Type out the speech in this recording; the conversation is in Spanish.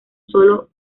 solo